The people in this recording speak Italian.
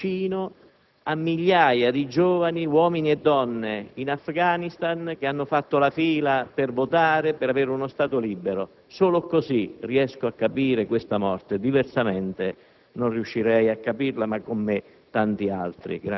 che ripagano la comunità internazionale stando vicino a migliaia di giovani, uomini e donne in Afghanistan, che hanno fatto la fila per votare e per avere uno Stato libero. Solo così riesco a capire questa morte. Diversamente